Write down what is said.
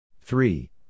Three